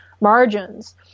margins